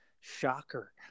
shocker